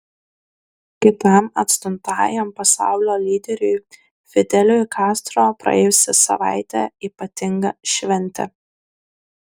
kitam atstumtajam pasaulio lyderiui fideliui kastro praėjusi savaitė ypatinga šventė